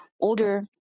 older